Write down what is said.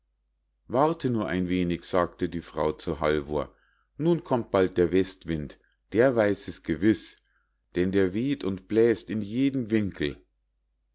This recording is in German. warte nur ein wenig sagte die frau zu halvor nun kommt bald der westwind der weiß es gewiß denn der weh't und bläs't in jeden winkel